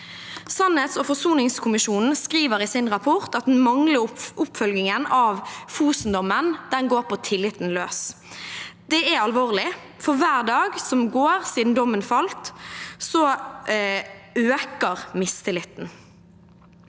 Sannhets- og forsoningskommisjonen skriver i sin rapport at den manglende oppfølgingen av Fosen-dommen går på tilliten løs. Det er alvorlig. For hver dag som går siden dommen falt, øker mistilliten.